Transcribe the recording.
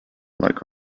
like